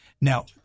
Now